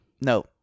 no